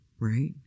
right